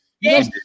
Yes